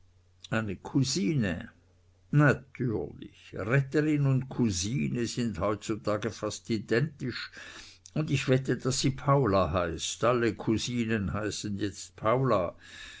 eine cousine natürlich retterin und cousine sind heutzutage fast identisch und ich wette daß sie paula heißt alle cousinen heißen jetzt paula